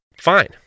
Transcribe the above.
fine